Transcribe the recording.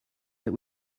that